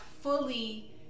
fully